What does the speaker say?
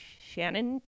Shannon